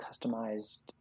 customized